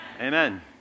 Amen